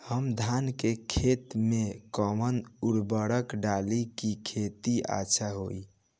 हम धान के खेत में कवन उर्वरक डाली कि खेती अच्छा होई?